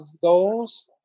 goals